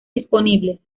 disponibles